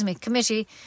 committee